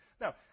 Now